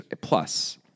plus